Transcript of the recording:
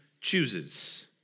chooses